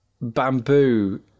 bamboo